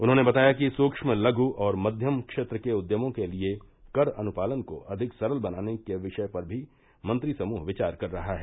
उन्होंने बताया कि सूक्न लघ् और मध्यम क्षेत्र के उद्यमों के लिए कर अनुपालन को अधिक सरल बनाने के विषय पर भी मंत्री समूह विचार कर रहा है